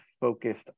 focused